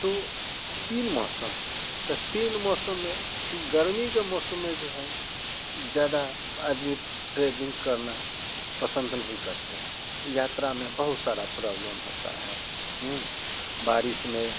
तो तीन मौसम है तो तीन मौसम में गर्मी के मौसम में जो है ज़्यादा आदमी ट्रेवलिंग करना पसंद नहीं करते हैं यात्रा में बहुत सारा प्रॉब्लम होता है बारिश में